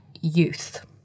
youth